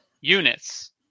units